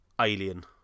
alien